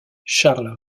charles